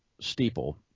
steeple